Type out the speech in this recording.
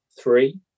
three